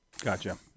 Gotcha